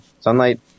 sunlight